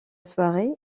soirée